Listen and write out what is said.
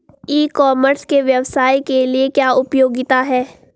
ई commerce के व्यवसाय के लिए क्या उपयोगिता है?